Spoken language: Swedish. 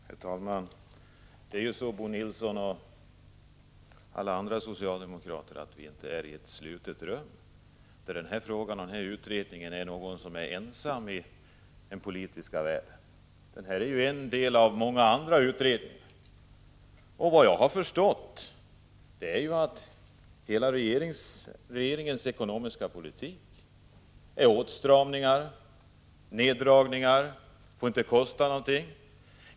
Herr talman! Det är ju så — jag vänder mig då till Bo Nilsson och alla andra socialdemokrater — att vi inte befinner oss i ett slutet rum. Det är inte bara den här frågan och den här utredningen som det gäller i den politiska världen. Nämnda utredning är ju en av många andra utredningar. Såvitt jag förstår består regeringens ekonomiska politik helt och hållet i åtstramningar och neddragningar — det får ju inte kosta någonting.